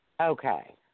Okay